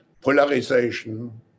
Polarization